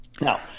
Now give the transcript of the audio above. Now